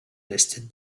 listed